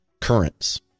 currents